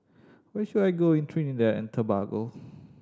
where should I go in Trinidad and Tobago